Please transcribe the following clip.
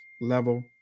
level